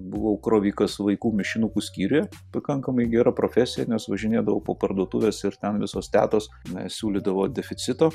buvau krovikas vaikų mišinukų skyriuje pakankamai gera profesija nes važinėdavau po parduotuves ir ten visos tetos na siūlydavo deficito